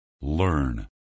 learn